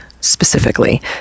specifically